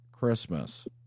christmas